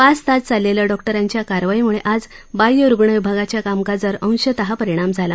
पाच तास चाललेल्या डॉक्टरांच्या या कारवाईमुळे आज बाह्यरूग्ण विभागांच्या कामकाजावर अंशतः परिणाम झाला